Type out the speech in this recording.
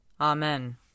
Amen